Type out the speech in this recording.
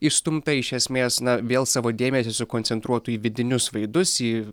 išstumta iš esmės na vėl savo dėmesį sukoncentruotų į vidinius vaidus į